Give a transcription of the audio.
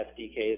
SDKs